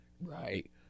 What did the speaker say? right